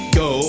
go